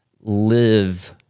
live